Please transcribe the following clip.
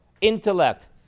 intellect